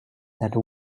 that